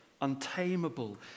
untamable